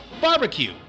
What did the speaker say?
Barbecue